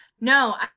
No